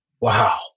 Wow